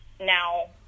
Now